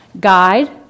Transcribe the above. guide